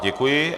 Děkuji.